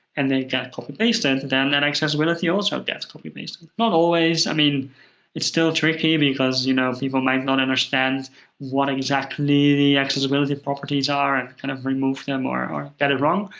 and they get copy-pasted, then that accessibility also gets copy-pasted. not always. i mean it's still tricky, because you know people might not understand what exactly the accessibility properties are and kind of remove them or get it wrong.